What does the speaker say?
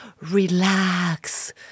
relax